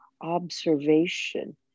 observation